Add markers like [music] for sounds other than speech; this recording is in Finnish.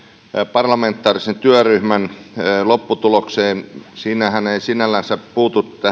parlamentaarisen työryhmän lopputulokseen siinähän ei sinällänsä puututtu [unintelligible]